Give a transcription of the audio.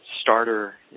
starter